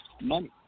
money